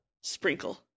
sprinkle